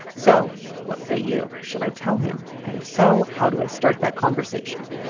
so what say you. should i tell him and if so how do i start that conversation